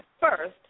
first